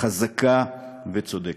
חזקה וצודקת.